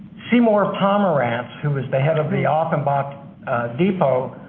seymour pomrenze, who was the head of the offenbach depot,